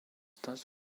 does